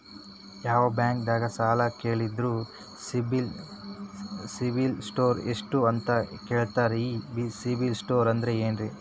ಯಾವ ಬ್ಯಾಂಕ್ ದಾಗ ಸಾಲ ಕೇಳಿದರು ಸಿಬಿಲ್ ಸ್ಕೋರ್ ಎಷ್ಟು ಅಂತ ಕೇಳತಾರ, ಈ ಸಿಬಿಲ್ ಸ್ಕೋರ್ ಅಂದ್ರೆ ಏನ್ರಿ?